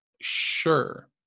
sure